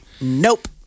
Nope